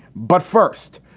but first,